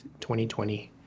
2020